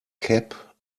cap